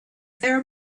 there